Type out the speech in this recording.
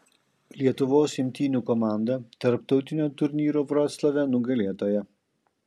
lietuvos imtynių komanda tarptautinio turnyro vroclave nugalėtoja